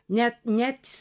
net net